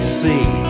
see